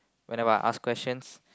whenever I ask questions